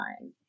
time